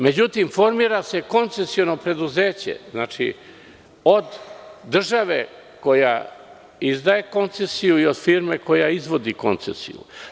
Međutim, formira se koncesiono preduzeće od države, koja izdaje koncesiju, i od firme koja izvodi koncesiju.